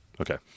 okay